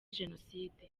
jenoside